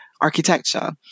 architecture